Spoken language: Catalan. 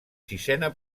sisena